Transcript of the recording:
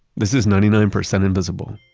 this is ninety nine percent invisible.